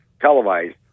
televised